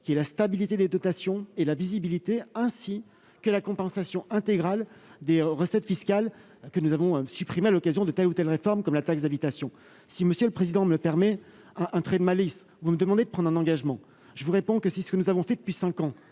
qui est la stabilité des dotations et la visibilité ainsi que la compensation intégrale des recettes fiscales que nous avons supprimé à l'occasion de telle ou telle réforme comme la taxe d'habitation, si monsieur le président me le permet à un trait de malice, vous me demandez de prendre un engagement, je vous réponds que c'est ce que nous avons fait depuis 5 ans,